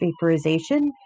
vaporization